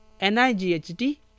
N-I-G-H-T